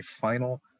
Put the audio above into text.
final